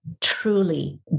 truly